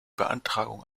beantragung